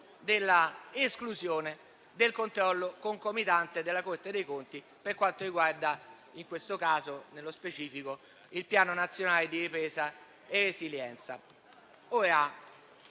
dell'esclusione del controllo concomitante della Corte dei conti per quanto riguarda in questo caso specificamente il Piano nazionale di ripresa e resilienza.